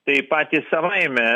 tai patys savaime